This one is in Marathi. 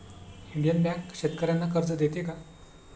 इंडियन बँक शेतकर्यांना कर्ज देते का?